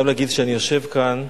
אני חייב להגיד, כשאני יושב כאן,